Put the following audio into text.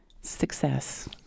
success